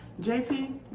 JT